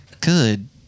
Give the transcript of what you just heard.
Good